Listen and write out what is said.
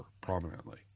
prominently